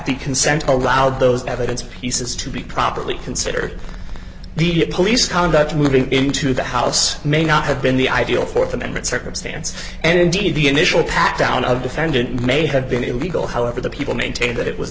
the consent allowed those evidence pieces to be properly considered the police conduct moving into the house may not have been the ideal th amendment circumstance and indeed the initial pat down of defendant may have been illegal however the people maintained that it was